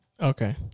Okay